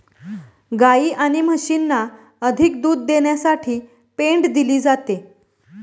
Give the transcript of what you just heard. गायी आणि म्हशींना अधिक दूध देण्यासाठी पेंड दिली जाते